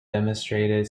demonstrated